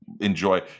enjoy